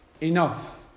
Enough